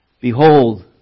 Behold